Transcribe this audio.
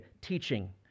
teaching